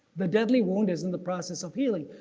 the deadly wound is in the process of healing.